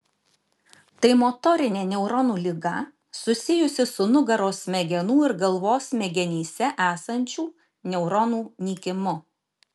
tai motorinė neuronų liga susijusi su nugaros smegenų ir galvos smegenyse esančių neuronų nykimu